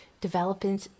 developing